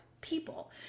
people